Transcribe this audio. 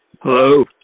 Hello